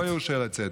הוא לא יורשה לצאת.